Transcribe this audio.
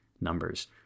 Numbers